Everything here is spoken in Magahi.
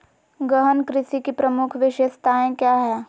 गहन कृषि की प्रमुख विशेषताएं क्या है?